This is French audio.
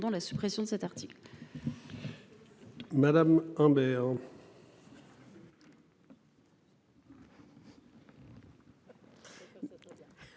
la suppression de cet article. Madame Imbert.